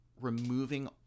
removing